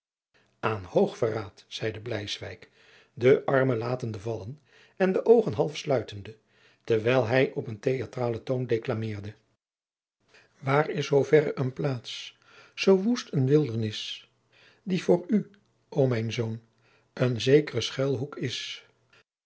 aan hoog verraad zeide bleiswyk de armen latende vallen en de oogen half sluitende terwijl hij op een theatralen toon declameerde waar is zoo verre een plaats zoo woest een wildernis die voor u o mijn zoon een zekre schuilhoek is